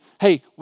hey